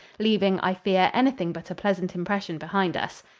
leaving, i fear, anything but a pleasant impression behind us.